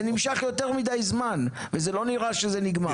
זה נמשך יותר מדי זמן, ולא נראה שזה נגמר.